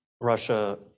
Russia